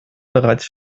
bereits